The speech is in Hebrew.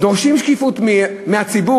דורשים שקיפות מהציבור,